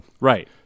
Right